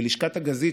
בלשכת הגזית,